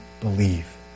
believe